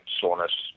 soreness